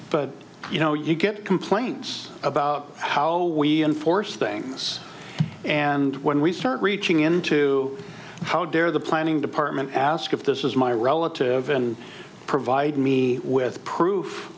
but you know you get complaints about how we enforce things and when we start reaching into how dare the planning department ask if this is my relative and provide me with proof